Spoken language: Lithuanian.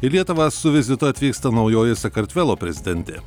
į lietuvą su vizitu atvyksta naujoji sakartvelo prezidentė